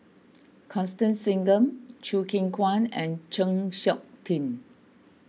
Constance Singam Choo Keng Kwang and Chng Seok Tin